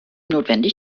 notwendig